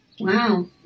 Wow